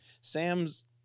Sam's